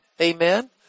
Amen